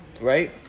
right